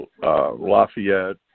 Lafayette